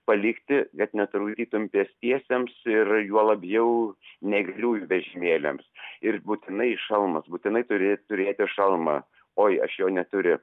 palikti kad netrukdytum pėstiesiems ir juo labiau neįgaliųjų vežimėliams ir būtinai šalmas būtinai turi turėti šalmą oi aš jo neturiu